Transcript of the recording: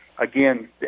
Again